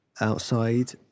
outside